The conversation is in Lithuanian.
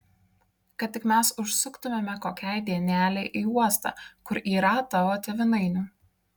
kad tik mes užsuktumėme kokiai dienelei į uostą kur yrą tavo tėvynainių